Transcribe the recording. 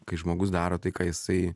kai žmogus daro tai ką jisai